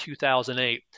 2008